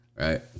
Right